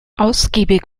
ausgiebig